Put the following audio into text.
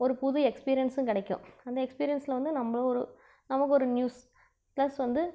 ஒரு புது எக்ஸ்பீரியன்ஸும் கிடைக்கும் அந்த எக்ஸ்பீரியன்ஸில் வந்து நம்மளும் ஒரு நமக்கு ஒரு நியூஸ் பிளஸ் வந்து